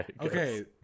Okay